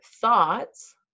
thoughts